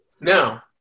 Now